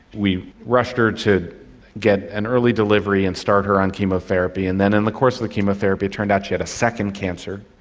we rushed her to get an early delivery and start her on chemotherapy, and then in the course of chemotherapy it turned out she had a second cancer,